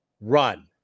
run